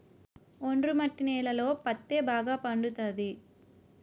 ఒండ్రు మట్టి నేలలలో పత్తే బాగా పండుతది